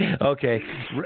Okay